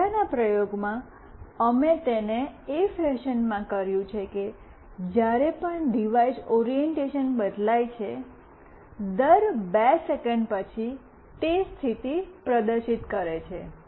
પહેલાનાં પ્રયોગમાં અમે તેને એ ફેશનમાં કર્યું છે કે જ્યારે પણ ડિવાઇસ ઓરિએન્ટેશન બદલાય છે દર 2 સેકંડ પછી તે સ્થિતિ પ્રદર્શિત કરે છે